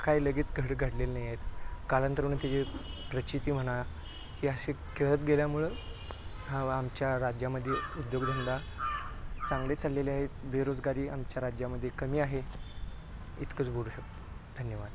काय लगेच घड घडलेलं नाही आहेत कालांतराने त्याचे प्रचिती म्हणा हे असे खेळत गेल्यामुळं हा आमच्या राज्यामध्ये उद्योगधंदा चांगले चाललेले आहेत बेरोजगारी आमच्या राज्यामध्ये कमी आहे इतकंच बोलू शकतो धन्यवाद